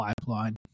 pipeline